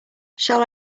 shall